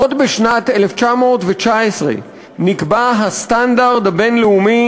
עוד בשנת 1919 נקבע הסטנדרט הבין-לאומי